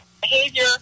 behavior